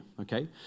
okay